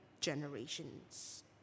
generations